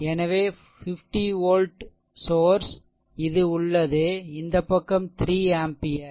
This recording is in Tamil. எனவே 50 வோல்ட் சோர்ஷ் இது உள்ளது இந்த பக்கம் 3 ஆம்பியர்